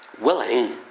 willing